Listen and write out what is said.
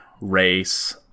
race